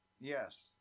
yes